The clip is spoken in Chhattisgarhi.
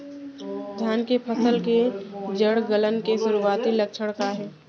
धान के फसल के जड़ गलन के शुरुआती लक्षण का हे?